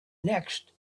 next